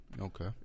Okay